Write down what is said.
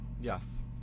Yes